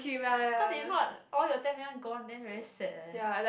cause if not all your ten million gone then very sad leh